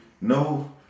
No –